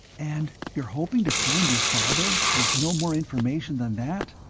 and you're hoping to find your father, with no more information than that?